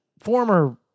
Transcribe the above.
former